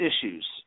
issues